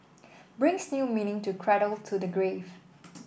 brings new meaning to cradle to the grave